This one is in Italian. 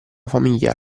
famiglia